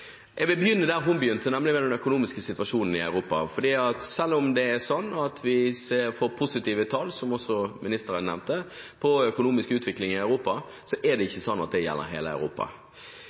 Jeg vil begynne der hun begynte, nemlig med den økonomiske situasjonen i Europa. Selv om det er slik at vi får positive tall om den økonomiske utviklingen i Europa – som også ministeren nevnte – er det ikke sånn at det gjelder hele Europa.